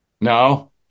No